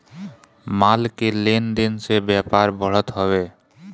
माल के लेन देन से व्यापार बढ़त हवे